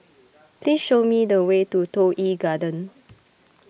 please show me the way to Toh Yi Garden